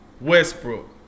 westbrook